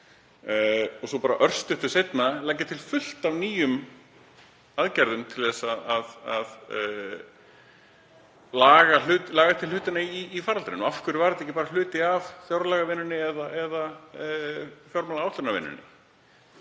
og svo bara örstuttu seinna leggja til fullt af nýjum aðgerðum til að laga hlutina í faraldrinum. Af hverju var þetta ekki bara hluti af fjárlagavinnunni eða fjármálaáætlunarvinnunni?